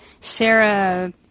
Sarah